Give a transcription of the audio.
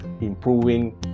improving